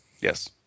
Yes